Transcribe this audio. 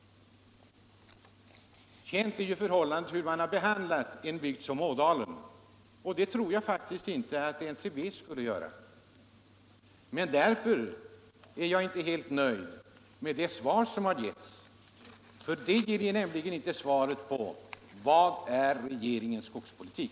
Känt är hur SCA behandlade en bygd som Ådalen, och så tror jag faktiskt inte att NCB skulle ha handlat. Men därför är jag inte helt nöjd med det svar som jag har fått. Det ger nämligen inget svar på frågan: Vad är regeringens skogspolitik?